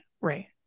right